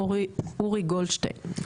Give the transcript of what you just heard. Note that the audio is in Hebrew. אורי גולדשטיין,